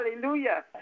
Hallelujah